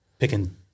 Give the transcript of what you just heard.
Picking